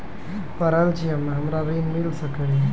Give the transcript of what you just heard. पढल छी हम्मे हमरा ऋण मिल सकई?